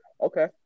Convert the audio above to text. Okay